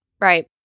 right